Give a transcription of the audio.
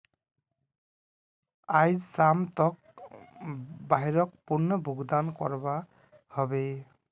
आइज शाम तक बाइकर पूर्ण भुक्तान करवा ह बे